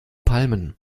palmen